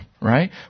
right